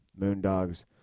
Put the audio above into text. Moondogs